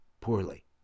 poorly